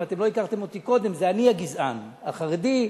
אם לא הכרתם אותי קודם, זה אני הגזען, החרדי,